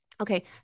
Okay